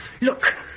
look